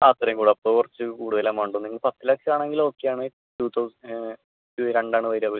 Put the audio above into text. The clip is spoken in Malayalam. ആ അത്രയും കൂടും അപ്പം കുറച്ച് കൂടുതൽ എമൗണ്ട് നിങ്ങൾ പത്ത് ലക്ഷമാണെങ്കിൽ ഓക്കെ ആണ് ടൂ തൗ രണ്ടെണ്ണം ഒരേ പോലെ വരും